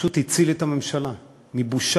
פשוט הציל את הממשלה מבושה,